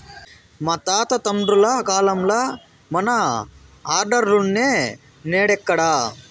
మా తాత తండ్రుల కాలంల మన ఆర్డర్లులున్నై, నేడెక్కడ